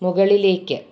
മുകളിലേക്ക്